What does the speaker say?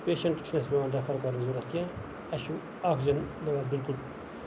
patient چھُنہٕ اَسہِ پیوان ریفر کرُن ضوٚرتھ کیٚنٛہہ اَسہِ چھُ اوٚکسیٖجن مِلان بِلکُل تَتہِ